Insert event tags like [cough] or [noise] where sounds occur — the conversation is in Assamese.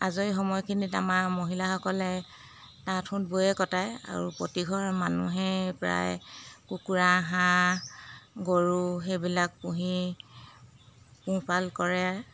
আজৰি সময়খিনিত আমাৰ মহিলাসকলে তাঁত [unintelligible] বৈয়ে কটায় আৰু প্ৰতিঘৰ মানুহেই প্ৰায় কুকুৰা হাঁহ গৰু সেইবিলাক পুহি পোহপাল কৰে